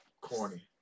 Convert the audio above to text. Corny